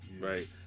Right